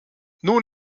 nun